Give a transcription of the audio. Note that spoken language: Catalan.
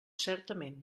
certament